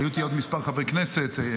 היו איתי עוד כמה חברי כנסת,